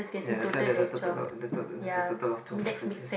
ya so there's a there's a total of twelve differences